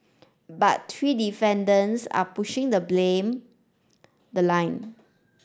but three defendants are pushing the blame the line